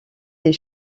des